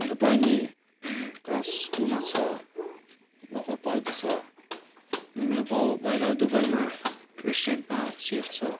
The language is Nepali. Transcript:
मेरो बहिनी क्लास टुमा छ भर्खर पढ्दै छ मेरो बाउ बाहिर दुबईमा रेस्टुरेन्टमा सेफ छ